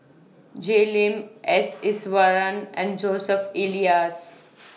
Jay Lim S Iswaran and Joseph Elias